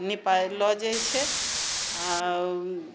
निपलो जाइत छै